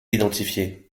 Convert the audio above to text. identifiées